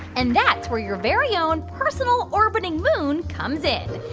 and that's where your very own personal orbiting moon comes in.